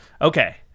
Okay